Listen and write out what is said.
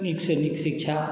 नीकसँ नीक शिक्षा